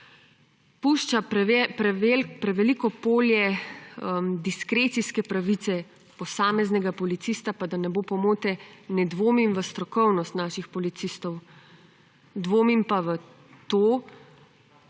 pušča preveliko polje diskrecijske pravice posameznega policista. Pa da ne bo pomote, ne dvomim v strokovnost naših policistov, dvomim pa v to,